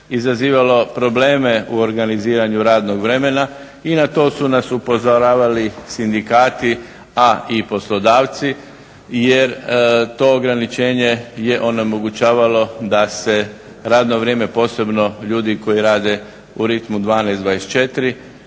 izazivalo probleme u organiziranju radnog vremena i na to su nas upozoravali sindikati a i poslodavci jer to ograničenje je onemogućavalo da se radno vrijeme posebno ljudi koji rade u rimu 12-24